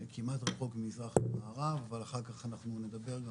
כמעט רחוק מזרח ממערב אבל אחר כך אנחנו נדבר,